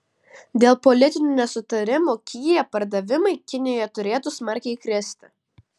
dėl politinių nesutarimų kia pardavimai kinijoje turėtų smarkiai kristi